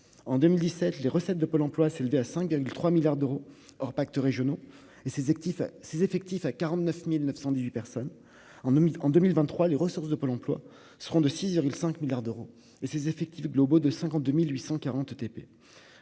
en 2017, les recettes de Pôle Emploi s'est levé à 5 3 milliards d'euros or pactes régionaux et ses actifs, ses effectifs à 49918 personnes en 2000 en 2023 les ressources de Pôle Emploi seront de Cyril 5 milliards d'euros et ses effectifs globaux de 52840 TP